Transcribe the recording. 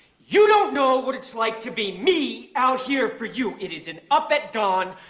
you don't know, what it is like to be me out here for you! it is an up at dawn,